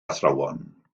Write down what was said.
athrawon